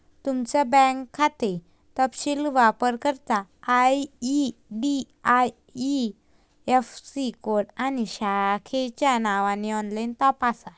तुमचा बँक खाते तपशील वापरकर्ता आई.डी.आई.ऍफ़.सी कोड आणि शाखेच्या नावाने ऑनलाइन तपासा